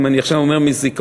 אם אני עכשיו אומר מזיכרון,